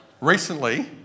Recently